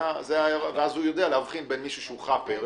ואז הוא יודע להבחין בין חאפר.